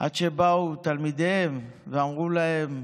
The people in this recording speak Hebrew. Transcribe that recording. עד שבאו תלמידיהם ואמרו להם: